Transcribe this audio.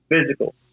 physical